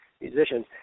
musicians